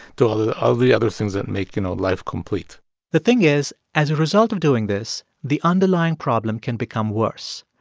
to all ah of the other things that make you know life complete the thing is, as a result of doing this, the underlying problem can become worse.